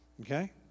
Okay